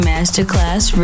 Masterclass